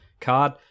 card